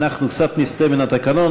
אנחנו קצת נסטה מן התקנון.